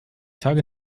tage